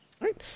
right